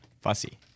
Fussy